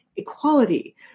equality